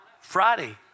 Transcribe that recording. Friday